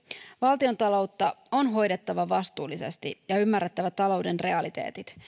valtiontaloutta on hoidettava vastuullisesti ja on ymmärrettävä talouden realiteetit